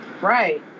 Right